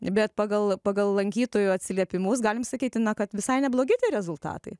bet pagal pagal lankytojų atsiliepimus galim sakyti kad visai neblogi rezultatai